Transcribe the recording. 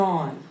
on